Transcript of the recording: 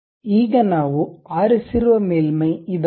ಈಗ ನಾವು ಆರಿಸಿರುವ ಮೇಲ್ಮೈ ಇದಾಗಿದೆ